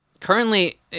currently